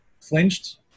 flinched